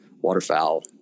waterfowl